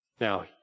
Now